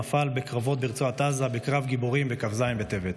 נפל בקרבות ברצועת עזה בקרב גיבורים בכ"ז בטבת.